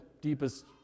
deepest